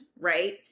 right